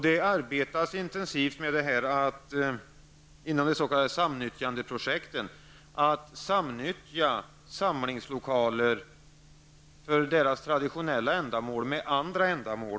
Det arbetas intensivt med detta inom de s.k. samnyttjandeprojekten som innebär att samlingslokaler kan brukas för ändamål utöver sina för traditionella ändamål.